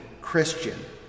Christian